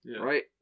right